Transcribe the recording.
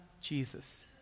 Jesus